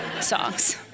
songs